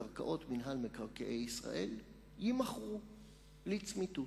קרקעות מינהל מקרקעי ישראל יימכרו לצמיתות.